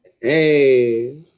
Hey